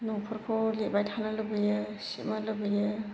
न'फोरखौ लिरबाय थानो लुबैयो सिबनो लुबैयो